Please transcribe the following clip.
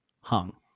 Hung